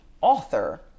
author